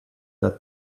that